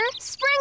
Spring